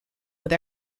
with